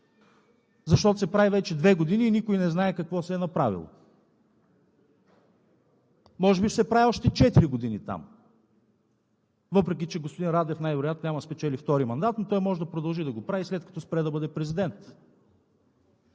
Защото се прави вече две години и никой не знае какво се е направило! Може би ще се прави още четири години там! Въпреки че господин Радев най-вероятно няма да спечели втори мандат, но той може да продължи да го прави и след като спре да бъде президент.